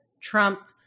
trump